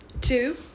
two